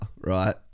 right